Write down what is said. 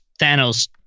Thanos